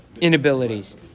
inabilities